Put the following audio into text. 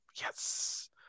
yes